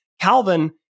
Calvin